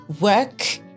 work